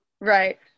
right